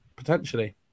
Potentially